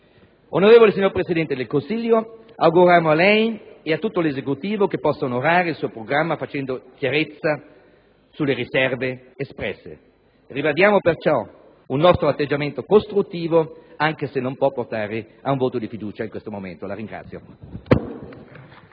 Onorevole signor Presidente del Consiglio, auguriamo a lei e a tutto l'Esecutivo che possa onorare il suo programma facendo chiarezza sulle riserve espresse. Ribadiamo perciò un atteggiamento costruttivo, anche se esso in questo momento non